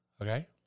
Okay